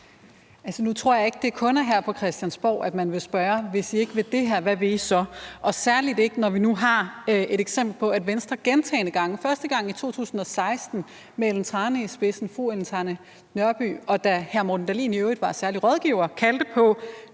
Nu tror jeg ikke, at det kun er her på Christiansborg, man vil spørge: Hvis I ikke vil det her, hvad vil I så? Og det er særlig ikke, når vi nu har et eksempel på, at Venstre gentagne gange – første gang i 2016 med fru Ellen Trane Nørby i spidsen, og da hr. Morten Dahlin i øvrigt var særlig rådgiver – kaldte på